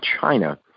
China